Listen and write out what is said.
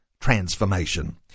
transformation